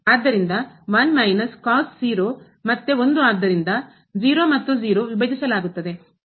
ಆದ್ದರಿಂದ ಮತ್ತೆ ಆದ್ದರಿಂದ ಮತ್ತು ವಿಭಜಿಸಲಾಗುತ್ತದೆ